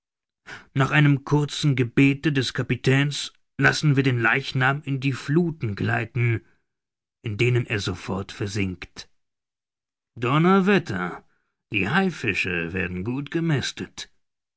nach einem kurzen gebete des kapitäns lassen wir den leichnam in die fluthen gleiten in denen er sofort versinkt donnerwetter die haifische werden gut gemästet